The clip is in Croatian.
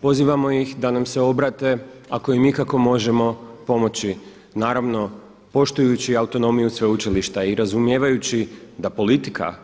Pozivamo ih da nam se obrate ako im ikako možemo pomoći, naravno poštujući autonomiju sveučilišta i razumijevajući da politika